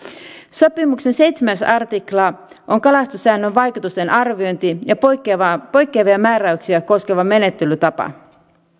sopimuksen seitsemäs artikla on kalastussäännön vaikutusten arviointi ja poikkeavia määräyksiä koskeva menettelytapa